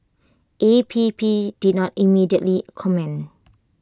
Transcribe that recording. A P P did not immediately comment